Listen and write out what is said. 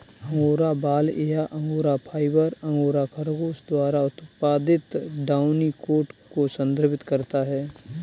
angora बाल या angora fibre, angora खरगोश द्वारा उत्पादित डाउनी कोट को संदर्भित करता है